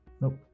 Nope